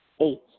Eight